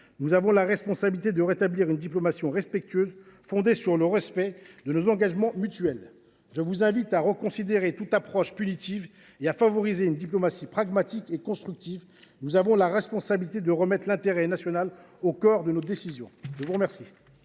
Nous avons la responsabilité de rétablir une diplomatie respectueuse, fondée sur le respect de nos engagements mutuels. Je vous invite à reconsidérer toute approche punitive et à favoriser une diplomatie pragmatique et constructive. Nous avons la responsabilité de remettre l’intérêt national au cœur de nos décisions. La parole